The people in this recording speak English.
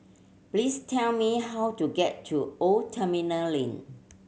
please tell me how to get to Old Terminal Lane